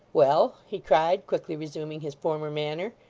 well? he cried, quickly resuming his former manner.